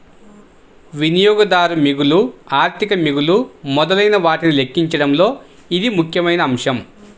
వినియోగదారు మిగులు, ఆర్థిక మిగులు మొదలైనవాటిని లెక్కించడంలో ఇది ముఖ్యమైన అంశం